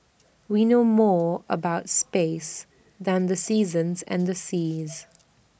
we know more about space than the seasons and the seas